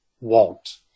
want